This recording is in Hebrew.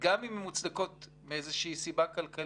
בעת הזאת, גם אם הן מוצדקות מסיבה כלכלית,